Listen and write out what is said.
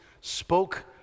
spoke